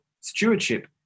stewardship